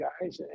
guys